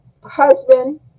husband